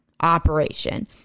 operation